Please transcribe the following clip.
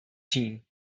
team